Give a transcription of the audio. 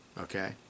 Okay